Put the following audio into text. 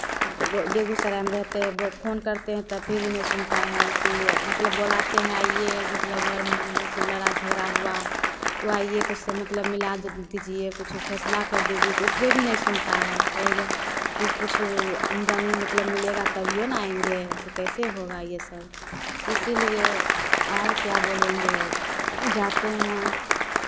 बेगूसराय में रहते हैं फोन करते हैं तब फिर भी नहीं सुनता है कि मतलब बुलाते हैं आइए मतलब घर में जैसे लड़ाई झगड़ा हुआ तो आइए कुछ मतलब मिला दीजिए कुछ फैसला कर दीजिए तो उसपे भी नहीं सुनता है कहेगा कि कुछ आमदनी मतलब मिलेगा तभियो ना आएँगे ऐसे कैसे होगा ये सब इसीलिए और क्या बोलेंगे जाते हैं